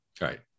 right